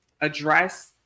address